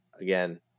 Again